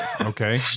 Okay